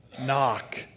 knock